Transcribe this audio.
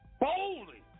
boldly